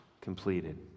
completed